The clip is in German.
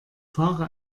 fahre